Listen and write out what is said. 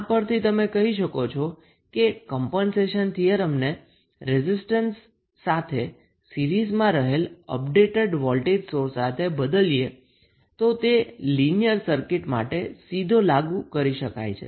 આ પરથી તમે કહી શકો છો કે કમ્પન્સેશન થીયરમને રેઝિસ્ટન્સ સાથે સીરીઝમાં રહેલા અપડેટેડ વોલ્ટેજ સોર્સ સાથે બદલીએ તો તે લીનીયર સર્કિટ માટે સીધો લાગુ કરી શકાય છે